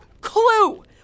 clue